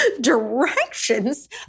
directions